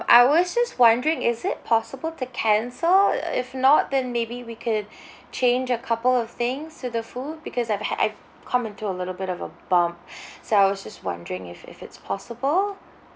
I was just wondering is it possible to cancel uh if not then maybe we could change a couple of things to the food because I've had I've come into a little bit of a bump so I was just wondering if if it's possible